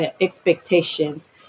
expectations